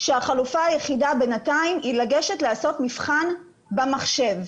שהחלופה היחידה בינתיים היא לגשת לעשות מבחן במחשב.